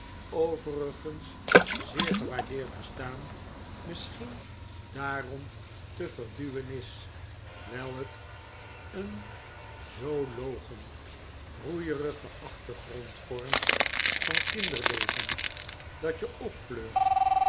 overigens zeer gewaardeerd bestaan misschien dààrom te verduwen is wijl het n zoo loggen broeierigen achtergrond vormt van kinderleven dat je opfleurt